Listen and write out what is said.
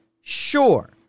Sure